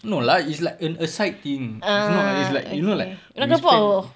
no lah it's like an aside thing it's not like it's like you know like we spend